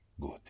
Good